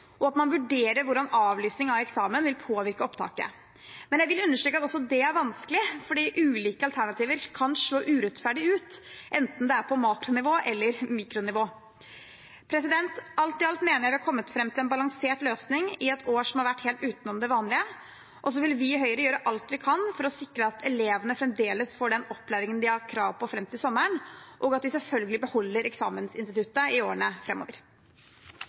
og at man vurderer hvordan avlysning av eksamen vil påvirke opptaket. Men jeg vil understreke at også det er vanskelig, fordi ulike alternativer kan slå urettferdig ut, enten det er på makronivå eller mikronivå. Alt i alt mener jeg vi har kommet fram til en balansert løsning i et år som har vært helt utenom det vanlige. Og så vil vi i Høyre gjøre alt vi kan for å sikre at elevene fremdeles får den opplæringen de har krav på fram til sommeren, og at vi selvfølgelig beholder eksamensinstituttet i årene